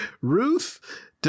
Ruth